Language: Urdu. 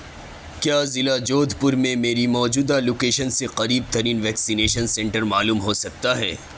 کیا ضلع جودھ پور میں میری موجودہ لوکیشن سے قریب ترین ویکسینیشن سنٹر معلوم ہو سکتا ہے